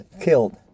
killed